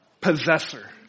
possessor